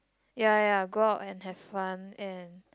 ya ya go out and have fun and